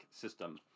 system